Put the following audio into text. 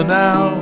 now